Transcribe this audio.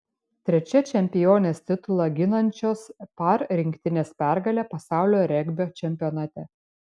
trečia čempionės titulą ginančios par rinktinės pergalė pasaulio regbio čempionate